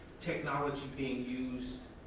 technology being used